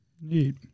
Neat